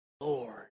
Lord